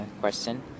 question